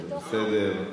זה בסדר.